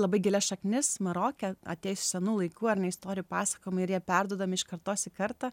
labai gilias šaknis maroke atėjus iš senų laikų ar ne istorijų pasakojimai ir jie perduodami iš kartos į kartą